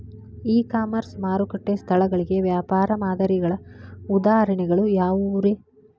E commerce ಮಾರುಕಟ್ಟೆ ಸ್ಥಳಗಳಿಗೆ ವ್ಯಾಪಾರ ಮಾದರಿಗಳ ಉದಾಹರಣೆಗಳು ಯಾವವುರೇ?